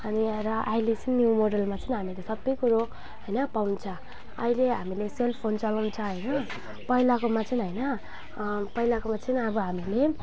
अनि आएर अहिले चाहिँ न्यू मोडलमा चेन् हामीले सप्पैकुरो होइन पाउँछ अहिले हामीले सेलफोन चलाउँछ होइन पहिलाकोमा चेन् होइन पहिलाकोमा चाहिँ अब हामीले